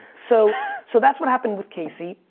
so, so that's what happened with casey.